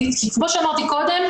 כי כמו שאמרתי קודם,